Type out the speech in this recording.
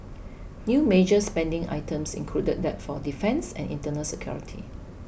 new major spending items included that for defence and internal security